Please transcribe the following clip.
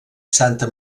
santa